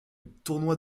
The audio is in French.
tournoi